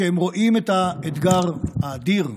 כשהם רואים את האתגר האדיר,